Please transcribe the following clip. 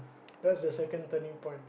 that's the second turning point